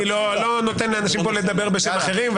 אני לא נותן לאנשים פה לדבר בשם אחרים,